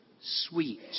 sweet